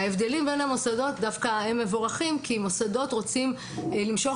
ההבדלים בין המוסדות מבורכים כי מוסדות רוצים למשוך